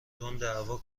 تنددعوا